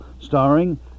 starring